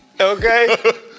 Okay